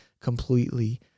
completely